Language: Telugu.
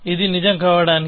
ఇది నిజం కావడానికి